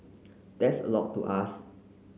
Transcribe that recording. that's a lot to ask